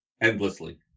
endlessly